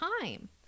time